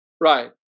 Right